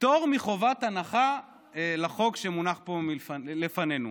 פטור מחובת הנחה לחוק שמונח פה לפנינו.